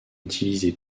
utilisé